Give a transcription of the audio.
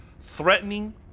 threatening